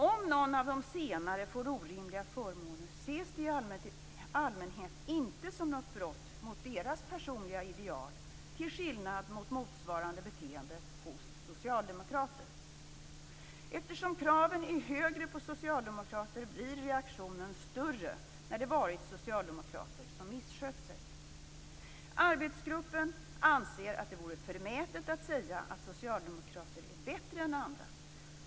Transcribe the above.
Om någon av de senare får orimliga förmåner ses det i allmänhet inte som något brott mot deras personliga ideal, till skillnad från motsvarande beteende hos socialdemokrater. Eftersom kraven är högre på socialdemokrater blir reaktionen större när det har varit socialdemokrater som misskött sig. Arbetsgruppen anser att det vore förmätet att säga att socialdemokrater är bättre än andra.